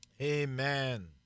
Amen